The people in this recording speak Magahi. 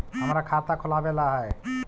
हमरा खाता खोलाबे ला है?